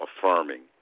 affirming